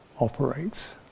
operates